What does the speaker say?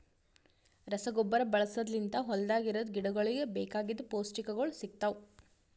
ರಸಗೊಬ್ಬರ ಬಳಸದ್ ಲಿಂತ್ ಹೊಲ್ದಾಗ ಇರದ್ ಗಿಡಗೋಳಿಗ್ ಬೇಕಾಗಿದ್ ಪೌಷ್ಟಿಕಗೊಳ್ ಸಿಗ್ತಾವ್